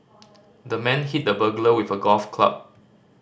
the man hit the burglar with a golf club